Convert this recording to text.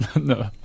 No